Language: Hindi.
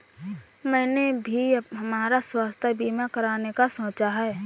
मैंने भी हमारा स्वास्थ्य बीमा कराने का सोचा है